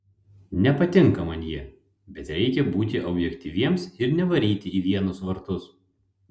nepatinka man jie bet reikia būti objektyviems ir nevaryti į vienus vartus